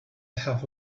have